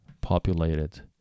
populated